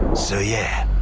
so, yeah,